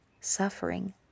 suffering